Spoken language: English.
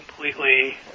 completely